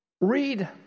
Read